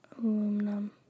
Aluminum